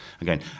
again